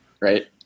Right